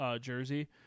jersey